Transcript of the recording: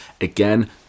Again